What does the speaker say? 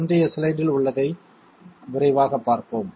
முந்தைய ஸ்லைடில் உள்ளதை விரைவாகப் பார்ப்போம்